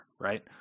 Right